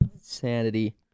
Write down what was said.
sanity